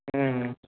ಹ್ಞೂ ಹ್ಞೂ